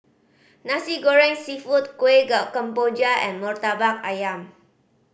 Nasi Goreng Seafood kuih kemboja and Murtabak Ayam